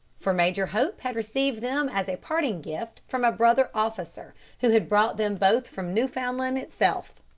for major hope had received them as a parting gift from a brother officer, who had brought them both from newfoundland itself.